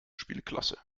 spielklasse